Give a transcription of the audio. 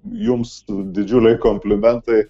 jums didžiuliai komplimentai